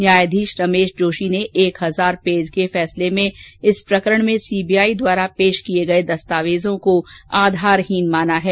न्यायाधीश रमेश जोशी ने एक हजार पेज के फैसले में इस प्रकरण में सीबीआई द्वारा पेश किए गए दस्तावेजों को आधारहीन माना है